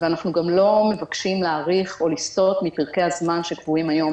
אנחנו גם לא מבקשים להאריך או לסטות מפרקי הזמן שקבועים היום